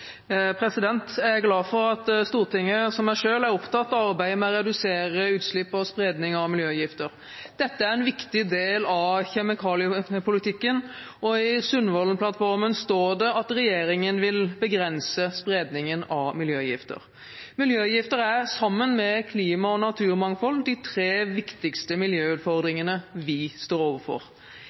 en viktig del av kjemikaliepolitikken, og i Sundvolden-plattformen står det at regjeringen vil begrense spredningen av miljøgifter. Miljøgifter er, sammen med klima- og naturmangfold, de tre viktigste miljøutfordringene vi står overfor.